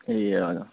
ए हजुर